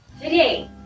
today